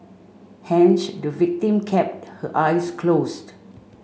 hence the victim kept her eyes closed